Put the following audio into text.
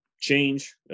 change